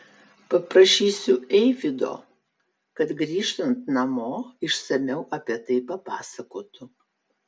paprašysiu eivydo kad grįžtant namo išsamiau apie tai papasakotų